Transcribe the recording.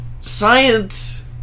Science